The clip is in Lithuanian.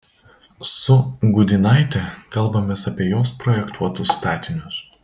su gudynaite kalbamės apie jos projektuotus statinius